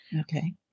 Okay